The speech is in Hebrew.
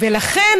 ולכן,